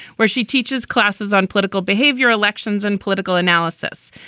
where she teaches classes on political behavior, elections and political analysis.